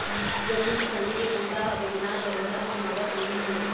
जम्मो किसानी के बूता ह बनिहार भरोसा म होवत रिहिस हे